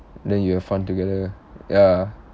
then you have fun together ya